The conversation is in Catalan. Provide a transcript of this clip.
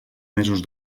mesos